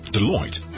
Deloitte